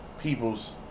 people's